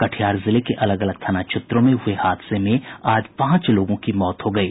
कटिहार जिले के अलग अलग थाना क्षेत्रों में हुए हादसे में आज पांच लोगों की मौत हो गयी